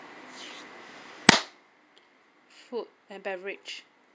food and beverage